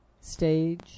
stage